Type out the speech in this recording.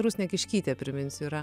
rusnė kiškytė priminsiu yra